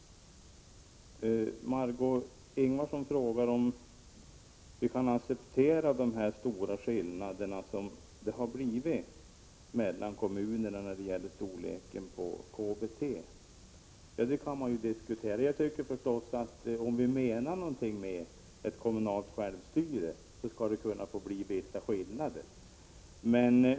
Margo Ingvardsson frågar om vi kan acceptera de stora skillnader som uppstått mellan kommunerna när det gäller storleken på KBT. Det kan man ju diskutera, men om vi menar något med kommunalt självstyre, måste vi acceptera vissa skillnader.